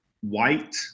white